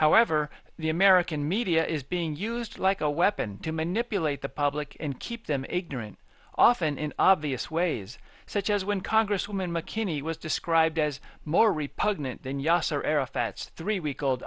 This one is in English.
however the american media is being used like a weapon to manipulate the public and keep them ignorant often in obvious ways such as when congresswoman mckinney was described as more repugnant than yasser arafat's three week old